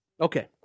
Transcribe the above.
Okay